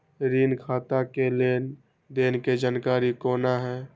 ऋण खाता के लेन देन के जानकारी कोना हैं?